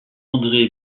andré